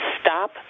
stop